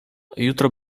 jutro